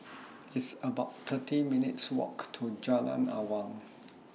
It's about thirty minutes' Walk to Jalan Awang